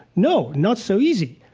no, not so easy.